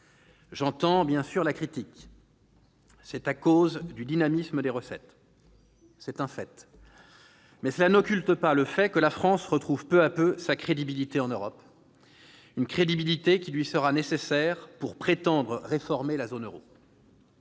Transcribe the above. J'entends, bien sûr, la réserve : c'est grâce au dynamisme des recettes. C'est un fait, mais cela n'occulte pas le fait que la France retrouve peu à peu sa crédibilité en Europe, une crédibilité qui lui sera nécessaire pour prétendre réformer la zone euro.